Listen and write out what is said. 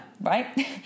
right